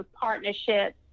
partnerships